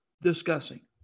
discussing